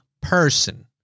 person